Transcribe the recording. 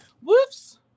Whoops